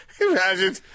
Imagine